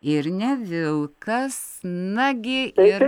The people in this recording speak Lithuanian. ir ne vilkas nagi ir